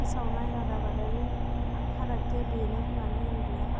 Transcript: फोसावनाय रादाबारि फारागथिया बेनो मानो होमब्ला